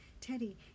teddy